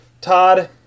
todd